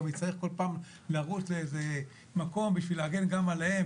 גם יצטרך כל פעם לרוץ לאיזה מקום בשביל להגן גם עליהם,